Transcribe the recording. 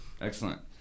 Excellent